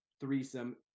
threesome